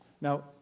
Now